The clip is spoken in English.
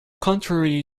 contrary